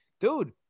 dude